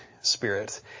spirit